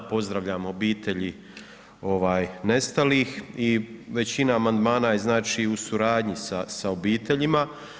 Pozdravljamo obitelji nestalih i većina amandmana je znači u suradnji sa obiteljima.